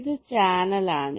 ഇത് ചാനൽ ആണ്